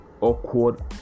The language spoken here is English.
awkward